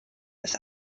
bis